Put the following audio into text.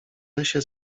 lesie